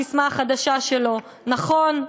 הססמה החדשה שלו: נכון,